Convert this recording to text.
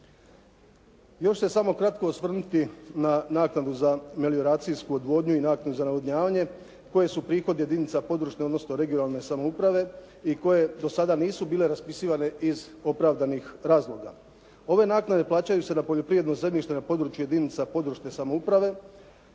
Još ću se samo kratko osvrnuti na naknadu za melioracijsku odvodnju i naknadu za navodnjavanje koje su prihod jedinica područne, odnosno regionalne samouprave i koje do sada nisu bile raspisivane iz opravdanih razloga. Ove naknade plaćaju se na poljoprivredno zemljište jedinica područne samouprave